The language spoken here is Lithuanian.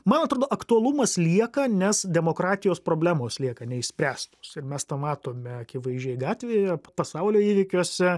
man atrodo aktualumas lieka nes demokratijos problemos lieka neišspręstos ir mes tą matome akivaizdžiai gatvėje pasaulio įvykiuose